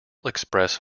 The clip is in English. express